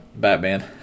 Batman